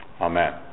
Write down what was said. amen